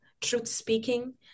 truth-speaking